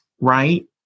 right